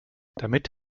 damit